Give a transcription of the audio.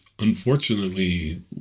unfortunately